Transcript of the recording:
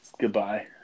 Goodbye